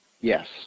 yes